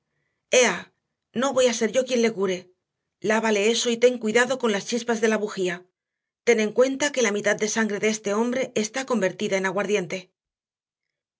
no voy a ser yo quien le cure lávale eso y ten cuidado con las chispas de la bujía ten en cuenta que la mitad de sangre de este hombre está convertida en aguardiente